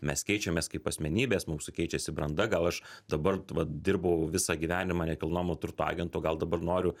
mes keičiamės kaip asmenybės mūsų keičiasi branda gal aš dabar vat dirbau visą gyvenimą nekilnojamo turto agentu o gal dabar noriu